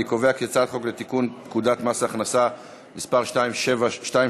אני קובע כי הצעת חוק לתיקון פקודת מס הכנסה (מס' 227),